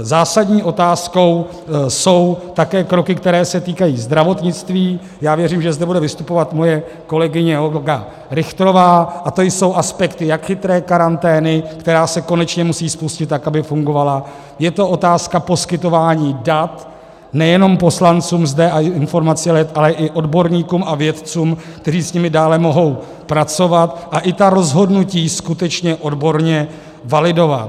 Zásadní otázkou jsou také kroky, které se týkají zdravotnictví já věřím, že zde bude vystupovat moje kolegyně Olga Richterová a to jsou aspekty jak chytré karantény, která se konečně musí spustit tak, aby fungovala; je to otázka poskytování dat nejenom poslancům zde a i informací, ale i odborníkům a vědcům, kteří s nimi mohou dále pracovat a i ta rozhodnutí skutečně odborně validovat.